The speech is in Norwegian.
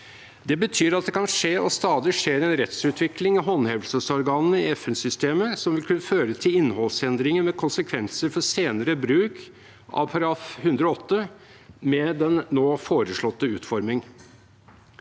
Det betyr at det kan skje og stadig skjer en rettsutvikling i håndhevelsesorganene i FN-systemet, noe som vil kunne føre til innholdsendringer med konsekvenser for senere bruk av § 108 med den nå foreslåtte utforming.